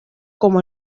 como